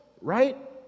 right